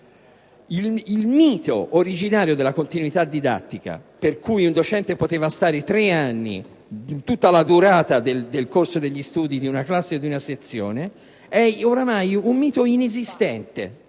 Il mito originario della continuità didattica, per cui un docente poteva rimanere nella scuola per tutta la durata del corso di studi di una classe o di una sezione, è ormai un mito inesistente: